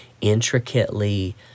intricately